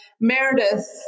Meredith